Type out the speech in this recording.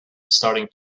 starting